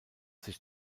sich